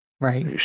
right